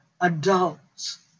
adults